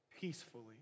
peacefully